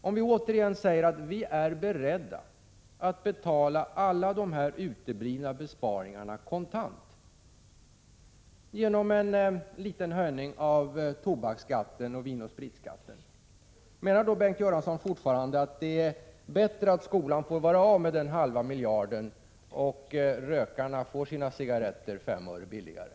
Om vi återigen säger att vi är beredda att betala alla de här uteblivna besparingarna kontant, genom en liten höjning av tobaksskatten och vinoch spritskatten, menar Bengt Göransson fortfarande att det är bättre att skolan får vara utan den halva miljarden, så att rökarna kan få sina cigaretter fem öre billigare?